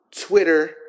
Twitter